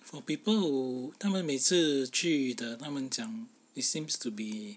for people who 他们每次去的他们讲 it seems to be